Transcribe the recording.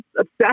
obsessed